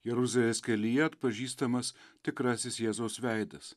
jeruzalės kelyje atpažįstamas tikrasis jėzaus veidas